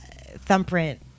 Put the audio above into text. thumbprint